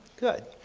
good.